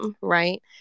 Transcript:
right